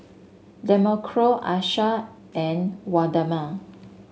Demarco Aisha and Waldemar